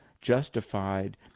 justified